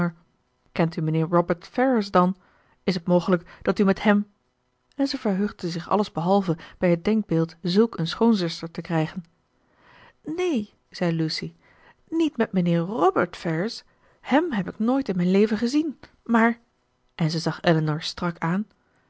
kent u mijnheer robert ferrars dan is het mogelijk dat u met hèm en zij verheugde zich allesbehalve bij het denkbeeld zulk een schoonzuster te krijgen neen zei lucy niet met mijnheer robert ferrars hèm heb ik nooit in mijn leven gezien maar en zij zag elinor strak aan